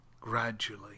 gradually